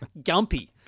Gumpy